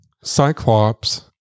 Cyclops